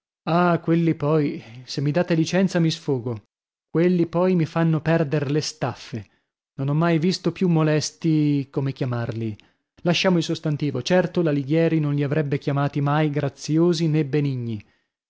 ah quelli poi se mi date licenza mi sfogo quelli poi mi fanno perder le staffe non ho mai visto più molesti come chiamarli lasciamo il sostantivo certo l'alighieri non li avrebbe chiamati mai graziosi nè benigni